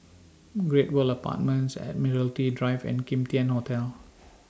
Great World Apartments Admiralty Drive and Kim Tian Hotel